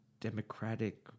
Democratic